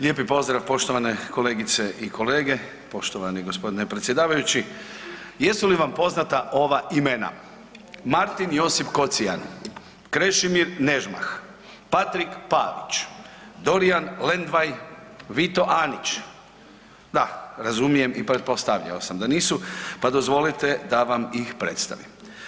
Lijepi pozdrav poštovane kolegice i kolege, poštovani gospodine predsjedavajući, jesu li vam poznata ova imena, Martin Josip Kocijan, Krešimir Nežmah, Patrik Pavić, Dorijan Lendvaj, Vito Anić, da razumijem i pretpostavio sam da nisu pa dozvolite da vam ih predstavim.